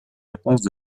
réponses